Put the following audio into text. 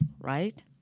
right